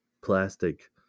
plastic